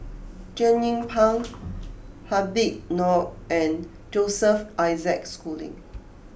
Jernnine Pang Habib Noh and Joseph Isaac Schooling